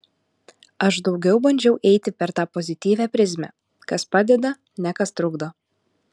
aš daugiau bandžiau eiti per tą pozityvią prizmę kas padeda ne kas trukdo